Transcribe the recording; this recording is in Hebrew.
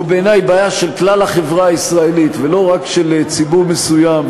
הוא בעיני בעיה של כלל החברה הישראלית ולא רק של ציבור מסוים.